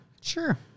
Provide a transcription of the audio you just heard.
Sure